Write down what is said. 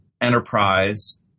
enterprise